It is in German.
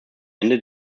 ende